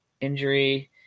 injury